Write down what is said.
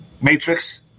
Matrix